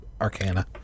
Arcana